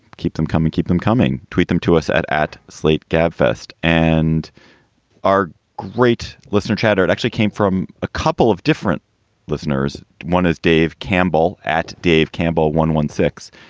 keep them coming. keep them coming. tweet them to us at at slate gabfest and our great listener chatter. it actually came from a couple of different listeners. one is dave campbell at dave campbell, one one six.